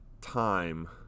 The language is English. time